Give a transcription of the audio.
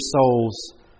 souls